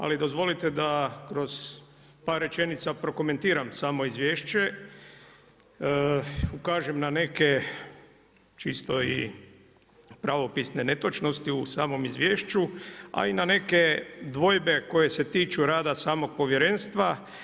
Ali dozvolite da kroz par rečenica prokomentiram samo izvješće, ukažem na neke, čisto i pravopisne netočnosti u samom izvješću a i na neke dvojbe koje se tiču rada samog povjerenstva.